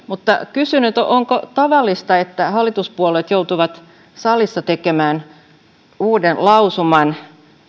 mutta kysyn onko tavallista että hallituspuolueet joutuvat salissa tekemään uuden lausuman